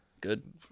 Good